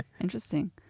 Interesting